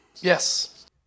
Yes